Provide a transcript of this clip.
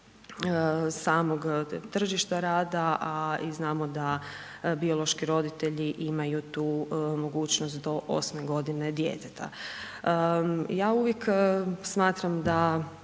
samog tržišta rada a i znamo da biološki roditelji imaju tu mogućnost do 8 g. djeteta. Ja uvijek smatram da